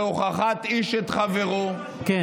להפך מהוכחת איש את חברו, המשיח יבוא קודם.